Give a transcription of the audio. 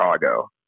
Chicago